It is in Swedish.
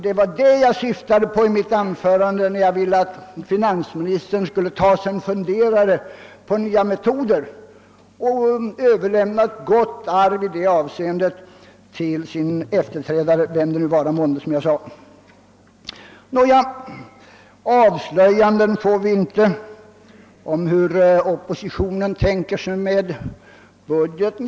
Det var detta jag syftade på i mitt anförande när jag sade att finansministern borde ta sig en funderare över metoderna och i det avseendet överlämna ett gott arv till sin efterträdare, vem det nu kunde tänkas bli. Finansministern säger vidare att man inte har fått några avslöjanden om hur oppositionen tänker sig budgetens utformning.